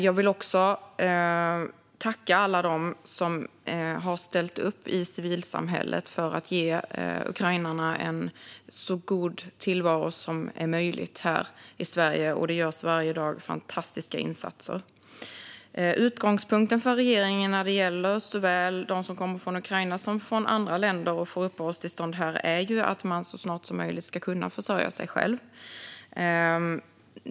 Jag vill också tacka alla dem som har ställt upp i civilsamhället för att ge ukrainarna en så god tillvaro som möjligt här i Sverige. Det görs varje dag fantastiska insatser. Utgångspunkten från regeringen när det gäller dem som kommer från Ukraina och dem som kommer från andra länder och får uppehållstillstånd här är ju att de så snart som möjligt ska kunna försörja sig själva.